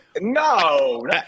No